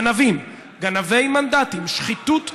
גנבים, גנבי מנדטים, שחיתות פוליטית.